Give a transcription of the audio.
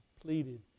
pleaded